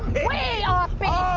way off